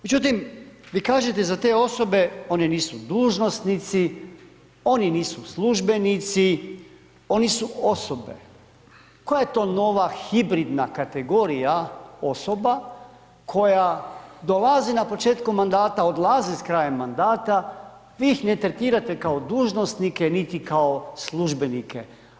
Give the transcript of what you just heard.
Međutim, vi kažete za te osobe, one nisu dužnosnici, oni nisu službenici, oni su osobe, koja je to nova hibridna kategorija osoba koja dolazi na početku mandata, odlazi s krajem mandata, vi ih ne tretirate kao dužnosnike, niti kao službenike.